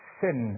sin